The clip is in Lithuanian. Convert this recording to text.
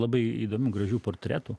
labai įdomių gražių portretų